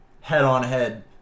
head-on-head